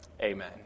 Amen